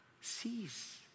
sees